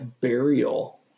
burial